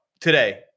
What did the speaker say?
today